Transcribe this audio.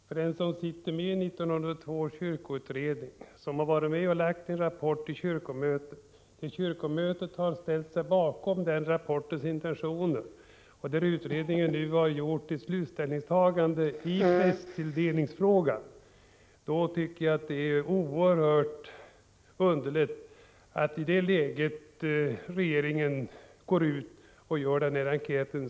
För den som sitter med i 1982 års kyrkoutredning och som varit med om att avlägga rapport till kyrkomötet — kyrkomötet har sedan ställt sig bakom intentionerna i denna rapport och utredningen har gjort sitt ställningstagande i prästtilldelningsfrågan — ter det sig oerhört underligt att regeringen i det läget går ut med nämnda enkät.